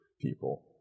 people